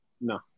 no